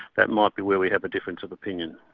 that might be where we have a difference of opinion.